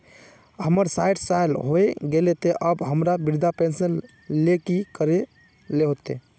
हमर सायट साल होय गले ते अब हमरा वृद्धा पेंशन ले की करे ले होते?